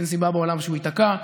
אין סיבה בעולם שהוא ייתקע.